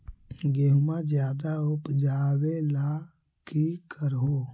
गेहुमा ज्यादा उपजाबे ला की कर हो?